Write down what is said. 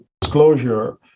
disclosure